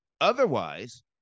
Otherwise